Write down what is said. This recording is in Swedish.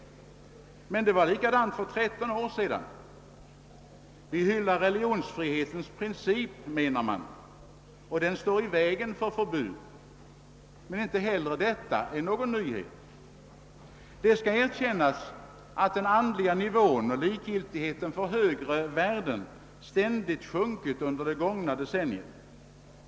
Men det var likadant för 13 år sedan, Vi hyllar religionsfrihetens princip, menar man, och den står i vägen för förbud. Men inte heller detta är någon nyhet. Det skall erkännas att den andliga nivån och likgiltigheten för högre värden ständigt sjunkit under det gångna decenniet.